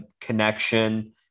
connection